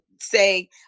say